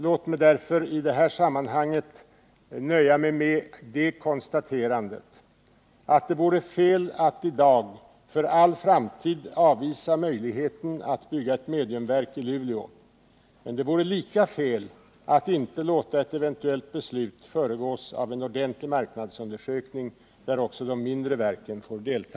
Låt mig därför i detta sammanhang nöja mig med konstaterandet att det vore fel att i dag för all framtid avvisa möjligheten att bygga ett mediumvalsverk i Luleå. Men det vore lika fel att inte låta ett eventuellt beslut föregås av en ordentlig marknadsundersökning, där också de mindre verken får delta.